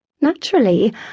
Naturally